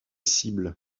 cibles